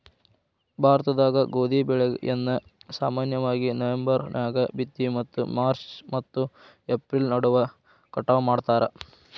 ಭಾರತದಾಗ ಗೋಧಿ ಬೆಳೆಯನ್ನ ಸಾಮಾನ್ಯವಾಗಿ ನವೆಂಬರ್ ನ್ಯಾಗ ಬಿತ್ತಿ ಮತ್ತು ಮಾರ್ಚ್ ಮತ್ತು ಏಪ್ರಿಲ್ ನಡುವ ಕಟಾವ ಮಾಡ್ತಾರ